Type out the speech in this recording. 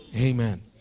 Amen